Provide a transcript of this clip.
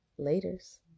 Laters